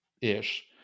ish